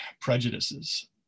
prejudices